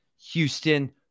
Houston